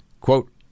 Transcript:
Quote